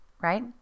right